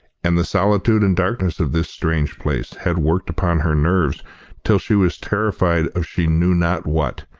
and the solitude and darkness of this strange place had worked upon her nerves till she was terrified of she knew not what,